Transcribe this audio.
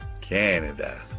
Canada